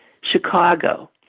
Chicago